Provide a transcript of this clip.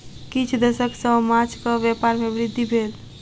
किछ दशक सॅ माँछक व्यापार में वृद्धि भेल